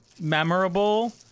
memorable